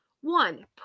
One